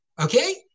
okay